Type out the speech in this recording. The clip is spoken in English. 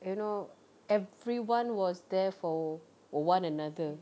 you know everyone was there for one another